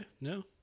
no